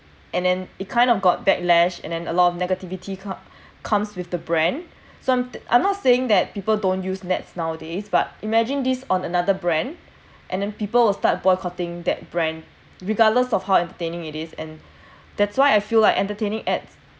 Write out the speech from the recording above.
and then it kind of got backlash and then a lot of negativity come comes with the brand so I'm not saying that people don't use N_E_T_S nowadays but imagine this on another brand and then people will start boycotting that brand regardless of how entertaining it is and that's why I feel like entertaining ads